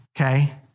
Okay